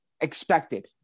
expected